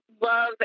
love